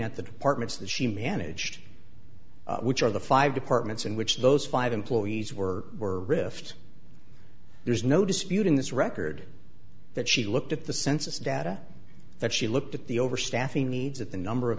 at the departments that she managed which of the five departments in which those five employees were were riffed there's no disputing this record that she looked at the census data that she looked at the over staffing needs of the number of